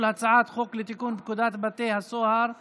הצעת חוק לתיקון פקודת בתי הסוהר (מס'